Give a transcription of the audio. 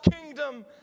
kingdom